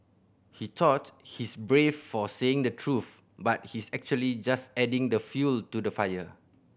he thought he's brave for saying the truth but he's actually just adding the fuel to the fire